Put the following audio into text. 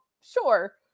sure